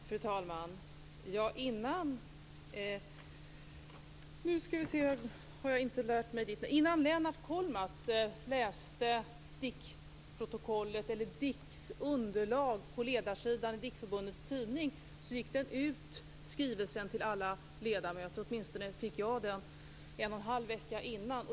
Fru talman! Innan Lennart Kollmats läste DIK:s underlag på ledarsidan i DIK-förbundets tidning gick skrivelsen ut till alla ledamöter. Åtminstone fick jag den en och en halv vecka innan.